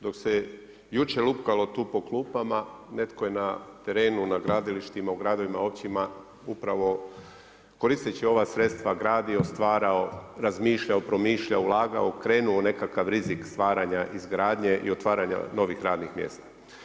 Dok se jučer lupkalo tu po klupama netko je na terenu, na gradilištima, u gradovima, općinama upravo koristeći ova sredstva gradio, stvarao, razmišljao, promišljao, ulagao, krenuo u nekakav rizik stvaranja izgradnje i otvaranja novih radnih mjesta.